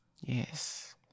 Yes